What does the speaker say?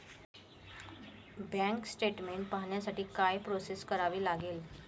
Bank statement पाहण्यासाठी काय process करावी लागेल?